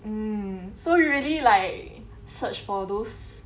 mm so you really like search for those